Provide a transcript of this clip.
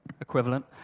equivalent